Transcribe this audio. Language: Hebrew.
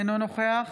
אינו נוכח